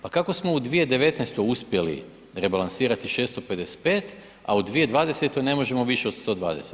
Pa kako smo u 2019. uspjeli rebalansirati 655 a u 2020. ne možemo više od 120?